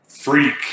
freak